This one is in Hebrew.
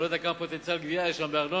אני לא יודע כמה פוטנציאל גבייה יש שם בארנונה,